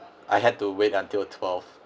I had to wait until twelve